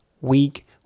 week